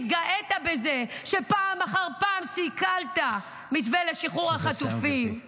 התגאית בזה שפעם אחר פעם סיכלת מתווה לשחרור החטופים -- צריך לסיים,